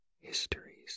Histories